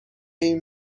این